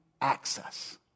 access